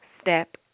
step